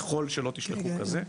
ככל שלא תשלחו כזה,